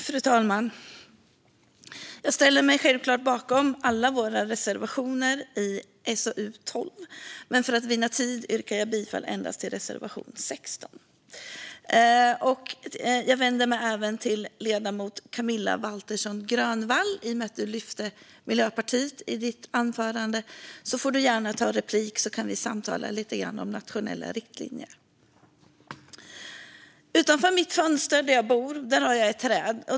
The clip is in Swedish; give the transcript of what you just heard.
Fru talman! Jag ställer mig självklart bakom alla våra reservationer i betänkandet SoU12, men för att vinna tid yrkar jag bifall endast till reservation 16. Jag vänder mig även till ledamoten Camilla Waltersson Grönvall som tog upp Miljöpartiet i sitt anförande. Hon får gärna ta replik så får vi samtala lite grann om nationella riktlinjer. Utanför mitt fönster där jag bor har jag ett träd.